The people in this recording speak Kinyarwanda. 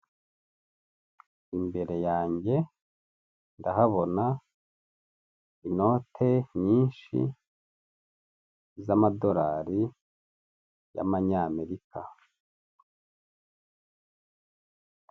Imbere yanjye ndahabona inote nyinshi zamadolari y'amanyamerika .